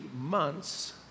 months